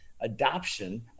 adoption